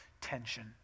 tension